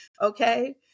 okay